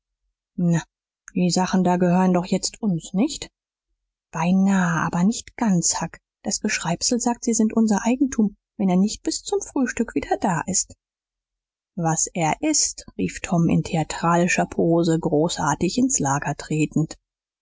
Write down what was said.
na die sachen da gehören doch jetzt uns nicht beinahe aber nicht ganz huck das geschreibsel sagt sie sind unser eigentum wenn er nicht bis zum frühstück wieder da ist was er ist rief tom in theatralischer pose großartig ins lager tretend